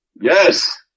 Yes